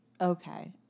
Okay